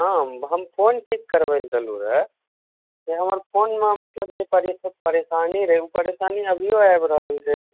हम हम फोन ठीक करबय लए देलहुॅं र जे हमर फोनमे मतलब जे तरीकाके परेशानी रहय ओ परेशानी अभियो आबि रहल छै